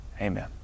Amen